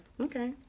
Okay